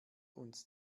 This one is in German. uns